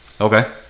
Okay